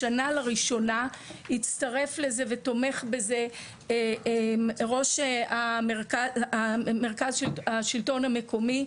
השנה לראשונה הצטרף לזה ותומך בזה מרכז השלטון המקומי,